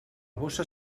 bossa